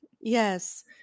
Yes